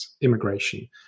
immigration